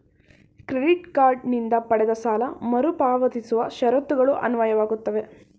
credit card ನಿಂದ ಪಡೆದ ಸಾಲ ಮರುಪಾವತಿಸುವ ಷರತ್ತುಗಳು ಅನ್ವಯವಾಗುತ್ತವೆ